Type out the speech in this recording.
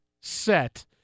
set